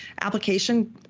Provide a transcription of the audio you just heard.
application